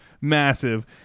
massive